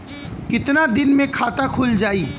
कितना दिन मे खाता खुल जाई?